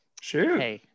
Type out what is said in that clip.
Sure